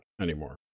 anymore